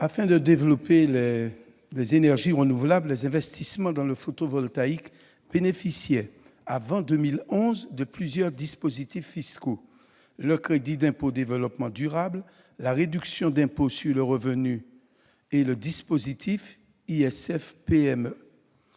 Afin de développer les énergies renouvelables, les investissements dans le photovoltaïque bénéficiaient avant 2011 de plusieurs dispositifs fiscaux : le crédit d'impôt développement durable, la réduction d'impôt sur le revenu dite «